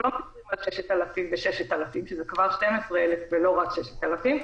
זה לא רק 6,000 ו-6,000 שזה כבר 12,000 ולא רק 6,000,